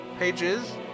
pages